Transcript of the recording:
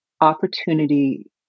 opportunity